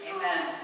Amen